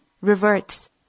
reverts